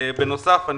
בנוסף,